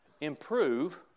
Improve